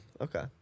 Okay